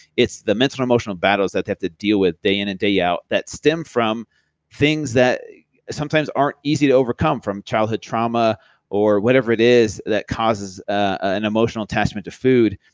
it's the mental and emotional battles that have to deal with day in and day yeah out that stem from things that sometimes aren't easy to overcome from childhood trauma or whatever it is that causes an emotional attachment to food.